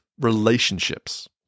relationships